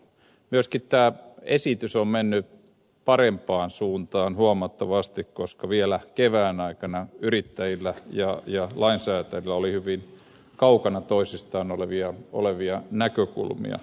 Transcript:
myöskin tämä esitys on mennyt parempaan suuntaan huomattavasti koska vielä kevään aikana yrittäjillä ja lainsäätäjillä oli hyvin kaukana toisistaan olevia näkökulmia